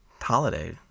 holiday